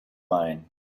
mine